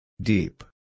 Deep